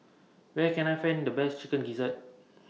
Where Can I Find The Best Chicken Gizzard